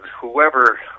whoever